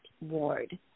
ward